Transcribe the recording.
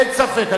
אין ספק.